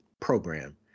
program